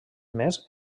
mes